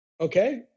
Okay